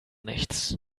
nichts